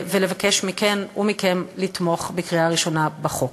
ולבקש מכן ומכם לתמוך בקריאה ראשונה בהצעת החוק.